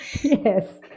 Yes